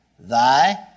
Thy